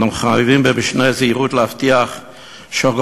אנחנו מחויבים במשנה זהירות כדי להבטיח שכל